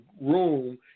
room